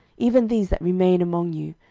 even these that remain among you,